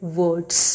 words